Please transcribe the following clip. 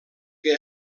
que